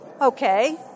Okay